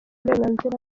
uburenganzira